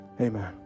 Amen